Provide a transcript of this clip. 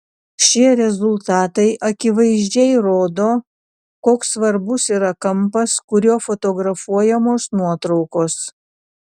šie rezultatai akivaizdžiai rodo koks svarbus yra kampas kuriuo fotografuojamos nuotraukos